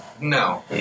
No